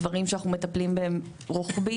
דברים שאנחנו מטפלים בהם רוחבית.